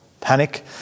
panic